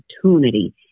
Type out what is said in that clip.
opportunity